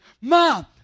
mom